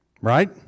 Right